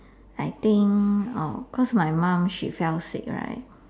I think uh cause my mom she fell sick right